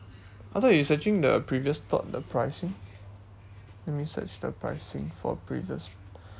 I thought you searching the previous plot the pricing let me search the pricing for previous